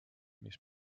mis